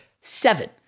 seven